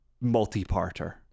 multi-parter